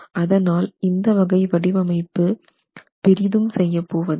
அதனால் இந்த வகை வடிவமைப்பு பெரிதும் செய்யப்போவது இல்லை